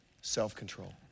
self-control